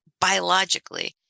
biologically